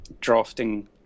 drafting